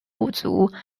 部族